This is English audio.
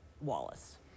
Wallace